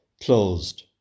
Closed